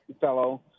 fellow